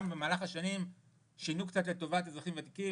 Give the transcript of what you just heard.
במהלך השנים שינוי קצת לטובת האזרחים הוותיקים,